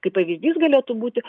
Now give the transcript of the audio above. kaip pavyzdys galėtų būti